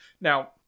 Now